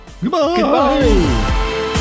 Goodbye